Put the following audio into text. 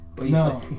No